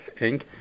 Inc